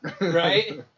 Right